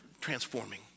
transforming